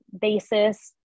basis